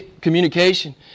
communication